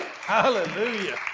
Hallelujah